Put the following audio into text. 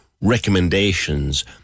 recommendations